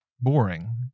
boring